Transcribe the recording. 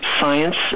science